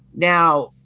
now,